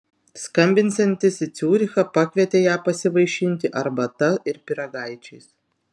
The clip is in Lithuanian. skambinsiantis į ciurichą pakvietė ją pasivaišinti arbata ir pyragaičiais